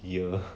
ya